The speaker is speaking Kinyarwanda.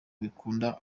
bikunda